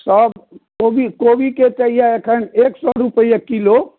सब कोबी कोबीके यऽ एखन एक सए रुपआ किलो